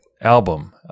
album